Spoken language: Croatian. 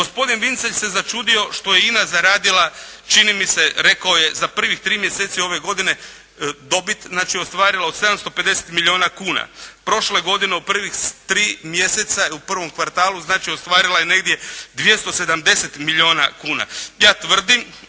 Gospodin Vincelj se začudio što je INA zaradila, čini mi se rekao je za prvih tri mjeseci ove godine, dobit znači ostvarila od 750 milijuna kuna. Prošle godine u privih tri mjeseca, u prvom kvartalu znači ostvarila je negdje 270 milijuna kuna.